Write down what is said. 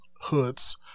hoods